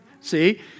see